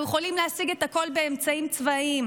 יכולים להשיג את הכול באמצעים צבאיים.